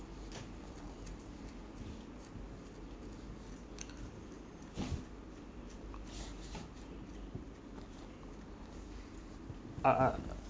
uh uh